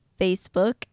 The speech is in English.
Facebook